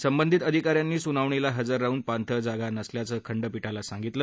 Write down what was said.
संबंधित अधिकाऱ्यांनी सुनावणीला हजर राहून पाणथळ जागा नसल्याचं खंडपीठाला सांगितलं